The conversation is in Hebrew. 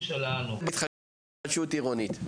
בהתחדשות עירונית.